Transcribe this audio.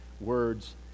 words